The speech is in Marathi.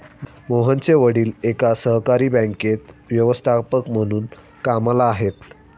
मोहनचे वडील एका सहकारी बँकेत व्यवस्थापक म्हणून कामला आहेत